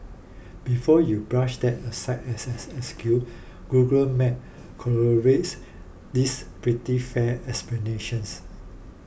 before you brush that aside as an excuse Google Maps corroborates this pretty fair explanations